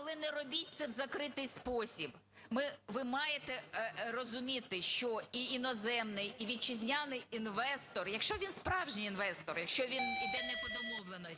але не робіть це в закритий спосіб. Ви маєте розуміти, що і іноземний, і вітчизняний інвестор, якщо він справжній інвестор, якщо він іде не по домовленості,